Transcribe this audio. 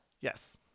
Yes